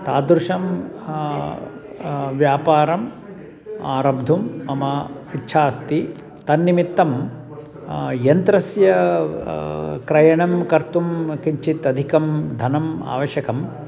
तादृशं व्यापारम् आरब्धुं मम इच्छा अस्ति तन्निमित्तं यन्त्रस्य क्रयणं कर्तुं किञ्चित् अधिकं धनम् आवश्यकम्